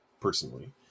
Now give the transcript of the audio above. personally